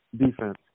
defense